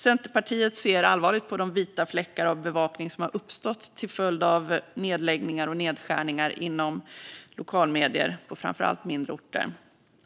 Centerpartiet ser allvarligt på de vita fläckar i bevakningen som uppstått till följd av nedläggningar och nedskärningar inom lokalmedier på framför allt mindre orter.